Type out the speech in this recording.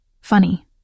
Funny